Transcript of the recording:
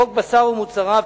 חוק בשר ומוצריו,